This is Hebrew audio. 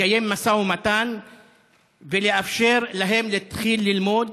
לקיים משא ומתן ולאפשר להם להתחיל ללמוד.